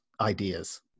ideas